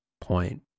point